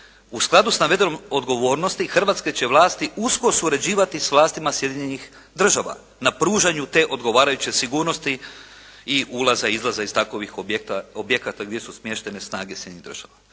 U skladu sa navedenom odgovornosti hrvatske će vlasti usko surađivati s vlastima Sjedinjenih Država na pružanju te odgovarajuće sigurnosti i ulaza i izlaza iz takovih objekata gdje su smještene snage Sjedinjenih